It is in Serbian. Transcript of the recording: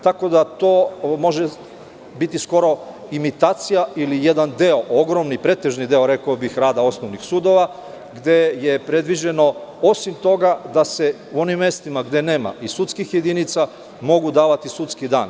Tako da to može biti skoro imitacija ili jedan deo ogromni, pretežni deo rada osnovnih sudova gde je predviđeno osim toga da se u onim mestima gde nema i sudskih jedinica mogu davati sudski dani.